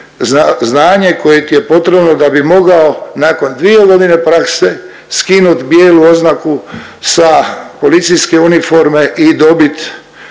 znanje koje ti je potrebno da bi nakon dvije godine prakse skinut bijelu oznaku sa policijske uniforme i dobit